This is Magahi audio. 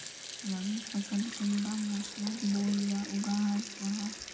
रवि फसल कुंडा मोसमोत बोई या उगाहा जाहा?